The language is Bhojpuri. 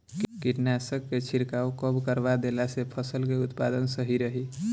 कीटनाशक के छिड़काव कब करवा देला से फसल के उत्पादन सही रही?